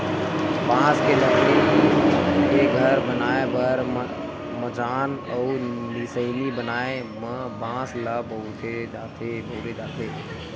बांस के लकड़ी के घर बनाए बर मचान अउ निसइनी बनाए म बांस ल बउरे जाथे